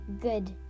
good